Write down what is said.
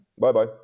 Bye-bye